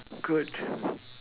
good